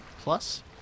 plus